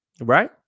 right